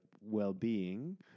well-being